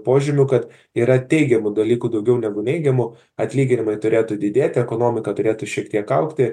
požymių kad yra teigiamų dalykų daugiau negu neigiamų atlyginimai turėtų didėti ekonomika turėtų šiek tiek augti